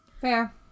Fair